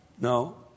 No